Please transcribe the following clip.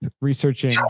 researching